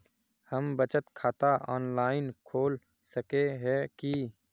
हम बचत खाता ऑनलाइन खोल सके है की?